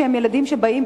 ילדים שבאים,